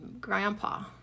grandpa